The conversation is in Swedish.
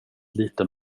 liten